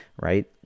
right